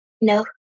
No